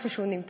איפה שהוא נמצא,